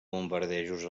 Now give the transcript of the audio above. bombardejos